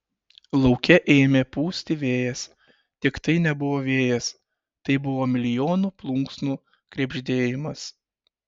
lauke ėmė pūsti vėjas tik tai nebuvo vėjas tai buvo milijonų plunksnų krebždėjimas